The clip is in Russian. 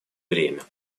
время